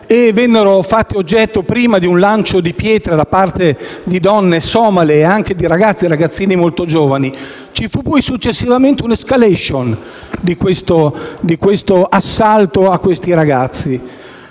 vennero fatti oggetto prima di un lancio di pietre da parte di donne somale, anche di ragazze e ragazzini molto giovani. Successivamente, ci fu un'*escalation* di questo assalto, culminato